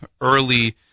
early